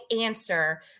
answer